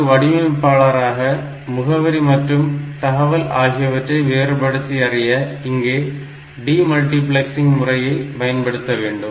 ஒரு வடிவமைப்பாளராக முகவரி மற்றும் தகவல் ஆகியவற்றை வேறுபடுத்தி அறிய இங்கே டி மல்டிபிளக்ஸிங் முறையை பயன்படுத்த வேண்டும்